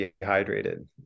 dehydrated